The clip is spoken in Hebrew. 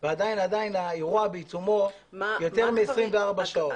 ועדיין האירוע בעיצומו יותר מ-24 שעות.